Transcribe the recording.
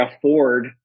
afford